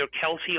Kelsey